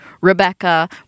Rebecca